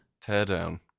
Teardown